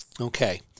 Okay